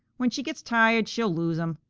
when she gets tired she'll lose him,